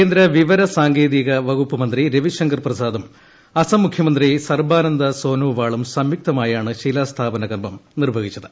കേന്ദ്ര വിവരസാങ്കേതിക വകുപ്പു മന്ത്രി രവിശങ്കർപ്രസാദും അസം മുഖ്യമന്ത്രി സർബാനന്ദ സോനോവാളും സംയുക്തമായാണ് ശിലാസ്ഥാപനകർമ്മം നിർവ്വഹിച്ചത്